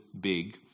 big